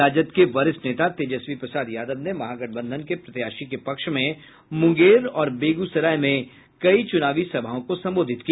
राजद के वरिष्ठ नेता तेजस्वी प्रसाद यादव ने महागठबंधन के प्रत्याशी के पक्ष में मुंगेर और बेगूसराय में कई चुनावी सभाओं को संबोधित किया